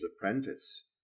apprentice